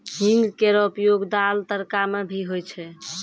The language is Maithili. हींग केरो उपयोग दाल, तड़का म भी होय छै